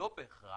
לא בהכרח,